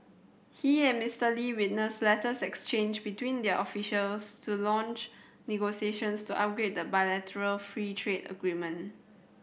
he and Mister Lee witnessed letters exchanged between their officials to launch negotiations to upgrade the bilateral free trade agreement